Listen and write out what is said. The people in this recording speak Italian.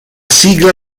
sigla